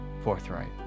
forthright